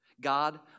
God